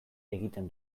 egiten